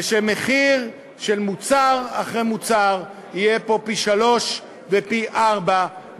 ושמחיר של מוצר אחרי מוצר יהיה פה פי-שלושה ופי-ארבעה